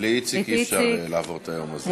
בלי איציק אי-אפשר לעבור את היום הזה.